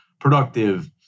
productive